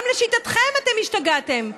גם לשיטתכם אתם השתגעתם.